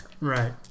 Right